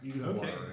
Okay